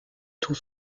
tout